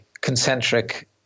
concentric